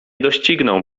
dościgną